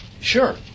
sure